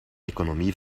economie